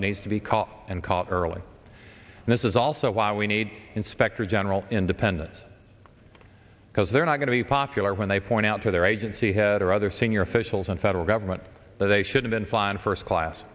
that needs to be caught and caught early and this is also why we need inspector general independent because they're not going to be popular when they point out to their agency head or other senior officials in federal government that they should have been flying first class